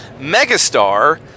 megastar